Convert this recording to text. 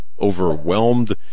overwhelmed